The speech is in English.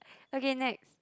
okay next